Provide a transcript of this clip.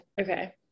okay